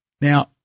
Now